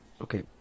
Okay